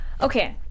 Okay